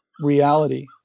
reality